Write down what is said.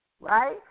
right